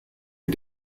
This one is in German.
wie